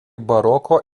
baroko